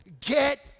get